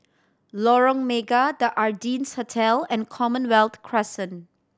Lorong Mega The Ardennes Hotel and Commonwealth Crescent